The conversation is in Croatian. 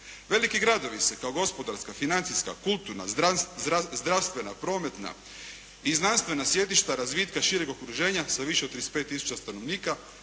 Veliki gradovi se kao gospodarska, financijska, kulturna, zdravstvena, prometna i znanstvena sjedišta razvitka šireg okruženja sa više od 35000 stanovnika